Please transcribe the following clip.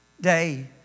day